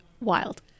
wild